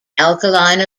alkaline